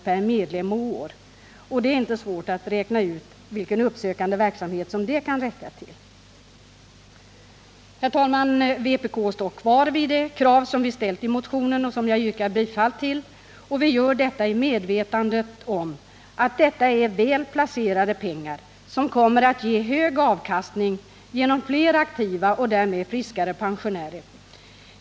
per medlem och år. Det är inte svårt att räkna ut vilken uppsökande verksamhet det kan räcka till. Herr talman! Vpk står fast vid det krav vi ställt i motionen, som jag yrkar bifall till. Vi gör detta i medvetande om att detta är väl placerade pengar, som kommer att ge hög avkastning genom fler aktiva och därmed friskare pensionärer.